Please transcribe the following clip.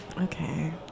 Okay